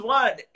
one